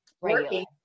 working